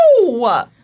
no